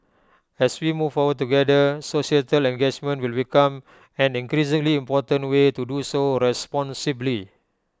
as we move forward together societal engagement will become an increasingly important way to do so responsibly